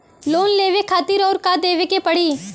Loan लेवे खातिर अउर का देवे के पड़ी?